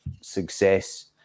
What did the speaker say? success